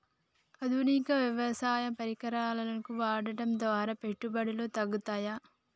ఆధునిక వ్యవసాయ పరికరాలను వాడటం ద్వారా పెట్టుబడులు తగ్గుతయ?